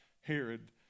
Herod